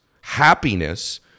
happiness